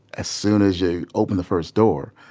as soon as you open the first door,